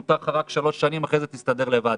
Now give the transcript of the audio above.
מותר לך רק שלוש שנים, אחרי זה תסתדר לבד.